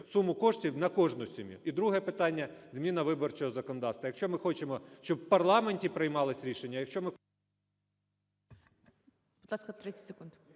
суму коштів на кожну сім'ю. І друге питання: зміна виборчого законодавства. Якщо ми хочемо, щоб в парламенті приймались рішення, якщо ми…